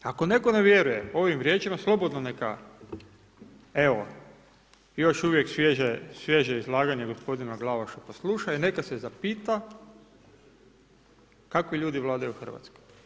Ako netko ne vjeruje ovim riječima, slobodno neka evo, još uvijek svježe izlaganje gospodina Glavaša posluša i neka se zapita kakvi ljudi vladaju u Hrvatskoj.